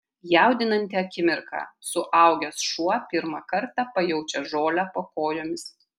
jaudinanti akimirka suaugęs šuo pirmą kartą pajaučia žolę po kojomis